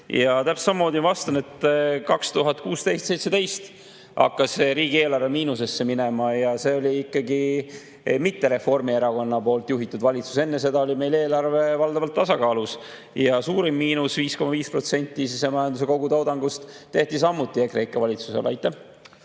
ma täpselt samamoodi vastan. 2016, 2017 hakkas riigieelarve miinusesse minema ja see ei olnud mitte Reformierakonna juhitud valitsus. Enne seda oli meil eelarve valdavalt tasakaalus. Ja suurim miinus, 5,5% sisemajanduse kogutoodangust, tehti samuti EKREIKE valitsuse ajal.